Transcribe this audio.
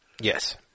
Yes